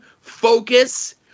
focus